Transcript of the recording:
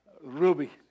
Ruby